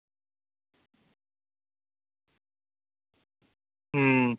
हूं